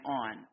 on